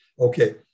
Okay